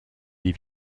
des